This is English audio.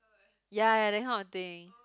ya ya that kind of thing